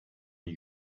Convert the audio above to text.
nie